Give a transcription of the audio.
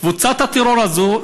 קבוצת הטרור הזו,